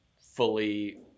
fully